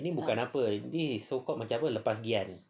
ini bukan apa ini is so called macam apa lepas gian